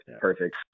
perfect